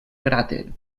cràter